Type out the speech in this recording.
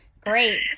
great